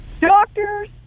Doctors